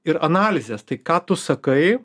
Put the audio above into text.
ir analizės tai ką tu sakai